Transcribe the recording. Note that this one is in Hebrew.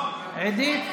סליחה,